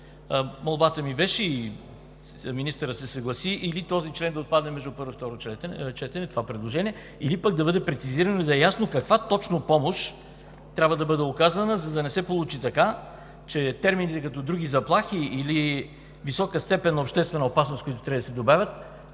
молбата ми беше, и министърът се съгласи, или този член да отпадне между първо и второ четене – това предложение, или пък да бъде прецизирано и да е ясно каква точно помощ трябва да бъде оказана, за да не се получи така, че термините, като „други заплахи“ или „висока степен на обществена опасност“, които трябва да се добавят,